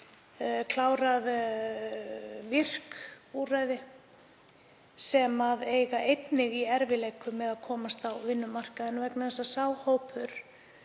klárað VIRK-úrræði sem eiga einnig í erfiðleikum með að komast á vinnumarkaðinn vegna þess að sá hópur